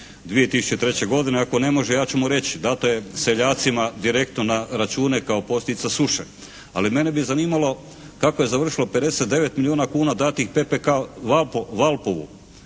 2003. godine? Ako ne može ja ću mu reći. Dato je seljacima direktno na račune kao posljedica suše. Ali mene bi zanimalo kako je završilo 59 milijuna kuna datih PPK Valpovu